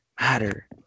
matter